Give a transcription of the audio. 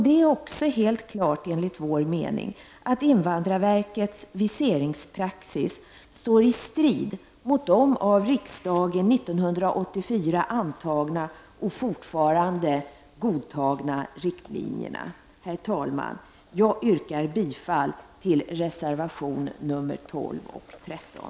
Det är också helt klart, enligt vår uppfattning, att invandrarverkets viseringspraxis står i strid mot de av riksdagen 1984 antagna och fortfarande godtagna riktlinjerna. Herr talman! Jag yrkar bifall till reservationerna nr 12 och13.